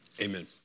Amen